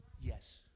yes